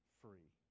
free